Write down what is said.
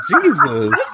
Jesus